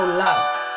love